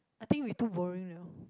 I think we too boring liao